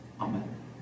Amen